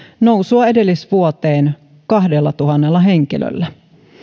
nousua edellisvuoteen nähden kahdellatuhannella henkilöllä